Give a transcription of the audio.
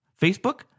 Facebook